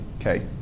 Okay